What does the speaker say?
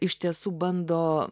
iš tiesų bando